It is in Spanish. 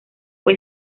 fue